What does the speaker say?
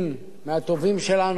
מהטובים שלנו,